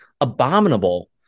abominable